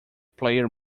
player